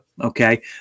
okay